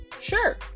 Sure